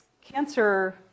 cancer